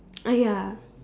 ah ya